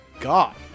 God